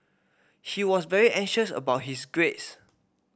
he was very anxious about his grades